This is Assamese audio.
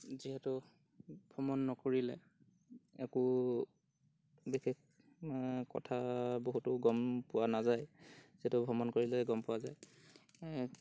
যিহেতু ভ্ৰমণ নকৰিলে একো বিশেষ কথা বহুতো গম পোৱা নাযায় যিহেতু ভ্ৰমণ কৰিলে গম পোৱা যায়